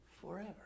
forever